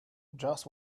just